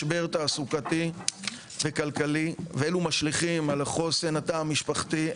משבר תעסוקתי וכלכלי ואלו משליכים על החוסן של התא המשפחתי,